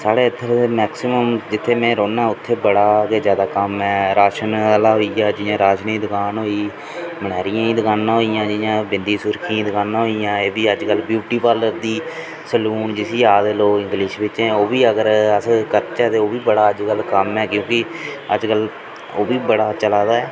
साढ़े इद्धर मैक्सीमम जित्थै में रौह्न्नां उत्थै बड़ा गै जैदा कम्म ऐ राशन आह्ला होई गेआ जि'यां राशना दी दकान होई गेई मनेयारिएं दियां दकानां होई गेइयां जि'यां बिंदी सुर्खियें दी दकानां होई गेइयां उब्भी अजकल ब्यूटी पार्लर दी सलून जिसी आखदे लोग इंग्लिश बिच्चें ओह् बी अगर अस करचै ते ओह् बी बड़ा अजकल कम्म ऐ क्योंकि अजकल ओह् बी बड़ा चलै दे